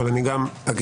אבל אני גם אגיד,